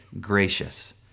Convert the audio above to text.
gracious